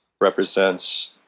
represents